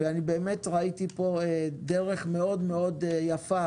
אני באמת ראיתי פה דרך מאוד מאוד יפה